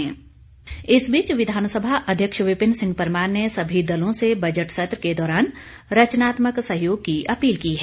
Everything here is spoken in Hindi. विपिन परमार इस बीच विधानसभा अध्यक्ष विपिन सिंह परमार ने सभी दलों से बजट सत्र के दौरान रचनात्मक सहयोग की अपील की है